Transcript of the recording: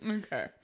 okay